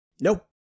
Nope